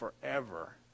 forever